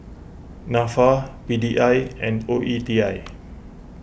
Nafa P D I and O E T I